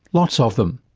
lots of them.